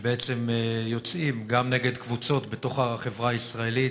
שבעצם יוצאים גם נגד קבוצות בתוך החברה הישראלית,